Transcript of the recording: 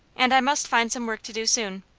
and i must find some work to do soon.